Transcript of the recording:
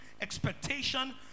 expectation